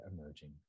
emerging